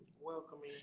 Welcoming